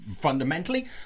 Fundamentally